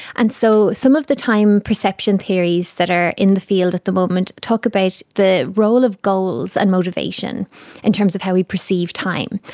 and so, some of the time, perception theories that are in the field at the moment talk about the role of goals and motivation in terms of how we perceive time.